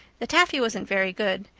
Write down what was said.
the taffy wasn't very good,